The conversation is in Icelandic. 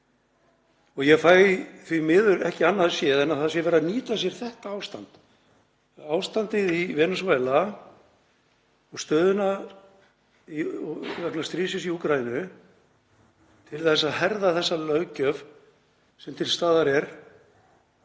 Ég fæ því miður ekki annað séð en að það sé verið að nýta sér þetta ástand, ástandið í Venesúela og stöðuna vegna stríðsins í Úkraínu til að herða þessa löggjöf sem til staðar er